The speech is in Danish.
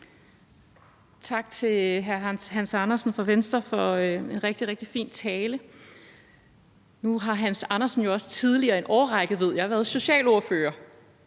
Tak til hr. Hans Andersen fra Venstre for en rigtig, rigtig fin tale. Nu har hr. Hans Andersen jo også tidligere i en årrække, ved jeg, været socialordfører,